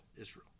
Israel